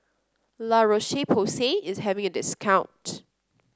La Roche Porsay is having a discount